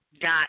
dot